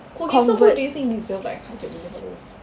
okay who do you think deserve like hundred million followers